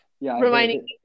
reminding